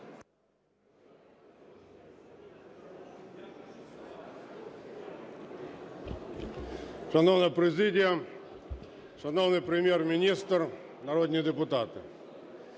Шановна президія, шановний Прем'єр-міністр, народні депутати!